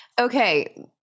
Okay